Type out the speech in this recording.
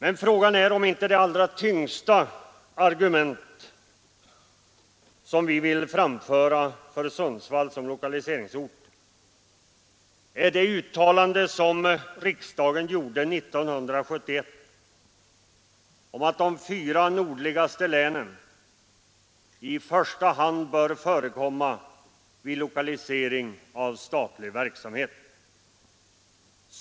Men frågan är om inte det allra tyngsta argument som vi vill framföra för Sundsvall som lokaliseringsort är det uttalande som riksdagen gjorde 1971 om att de fyra nordligaste länen i första hand bör ifrågakomma vid lokalisering av statlig verksamhet.